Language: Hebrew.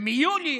ומיולי